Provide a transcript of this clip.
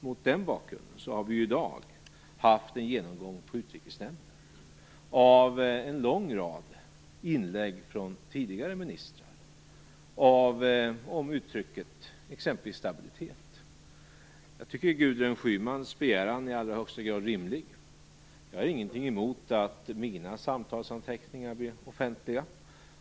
Mot den bakgrunden har vi i dag haft en genomgång på Utrikesnämnden av en lång rad uttalanden från tidigare ministrar om t.ex. uttrycket stabilitet. Jag tycker att Gudrun Schymans begäran i allra högsta grad är rimlig. Jag har ingenting emot att mina samtalsanteckningar blir offentliga.